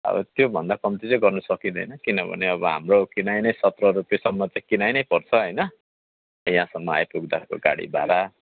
अब त्योभन्दा कम्ती चाहिँ गर्नु सकिँदैन किनभने अब हाम्रो किनाइ नै सत्र रुपियाँसम्म चाहिँ किनाइ नै पर्छ होइन यहाँसम्म आइपुग्दाको गाडी भाडा